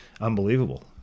unbelievable